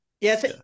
Yes